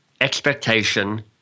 expectation